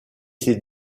ses